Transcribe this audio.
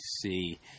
see